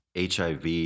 HIV